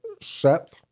set